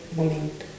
momento